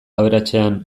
aberatsean